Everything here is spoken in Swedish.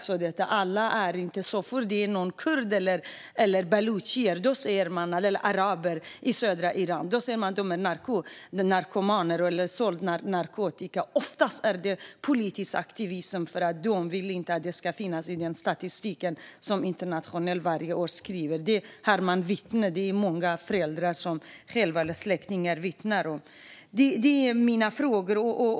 Så fort det handlar om kurder, balucher eller araber i södra Iran säger man att de är narkomaner eller har sålt narkotika, men oftast handlar det om politisk aktivism. Regimen vill inte att det ska finnas i statistiken som upprättas internationellt varje år. Det finns vittnen; det är många föräldrar och släktingar som vittnar om detta. Det är min fråga.